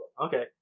Okay